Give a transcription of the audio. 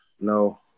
No